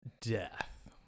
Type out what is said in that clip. Death